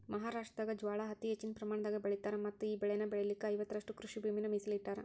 ಮಹಾರಾಷ್ಟ್ರದಾಗ ಜ್ವಾಳಾ ಅತಿ ಹೆಚ್ಚಿನ ಪ್ರಮಾಣದಾಗ ಬೆಳಿತಾರ ಮತ್ತಈ ಬೆಳೆನ ಬೆಳಿಲಿಕ ಐವತ್ತುರಷ್ಟು ಕೃಷಿಭೂಮಿನ ಮೇಸಲಿಟ್ಟರಾ